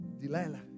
Delilah